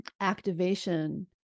activation